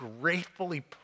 gratefully